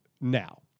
now